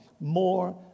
more